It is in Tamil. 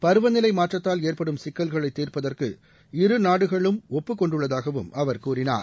பருவ நிலை மாற்றத்தால் ஏற்படும் சிக்கல்களை தீர்ப்பதற்கு இருநாடுகளும் ஒப்புக்கொண்டுள்ளதாகவும் அவர் கூறினார்